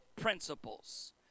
principles